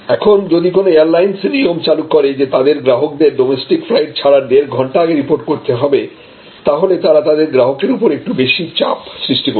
এখন যদি কোন এয়ারলাইনস নিয়ম চালু করে যে তাদের গ্রাহকদের ডোমেস্টিক ফ্লাইট ছাড়ার দেড় ঘণ্টা আগে রিপোর্ট করতে হবে তাহলে তারা তাদের গ্রাহকের উপর একটু বেশি চাপ সৃষ্টি করছে